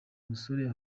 musore